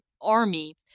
army